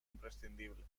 imprescindible